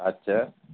আচ্ছা